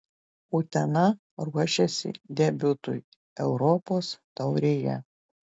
utena ruošiasi debiutui europos taurėje